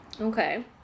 okay